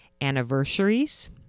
anniversaries